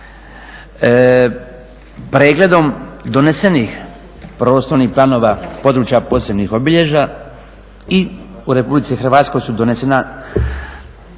Pregledom donesenih prostornih planova područja posebnih obilježja i u RH su donesena,